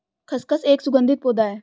खसखस एक सुगंधित पौधा है